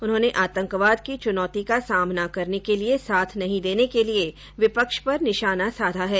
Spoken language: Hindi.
उन्होंने आतंकवाद की चुनौती का सामना करने के लिए साथ नहीं देने के लिए विपक्ष पर निशाना साधा है